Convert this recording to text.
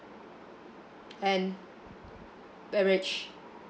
and beverage